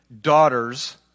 daughters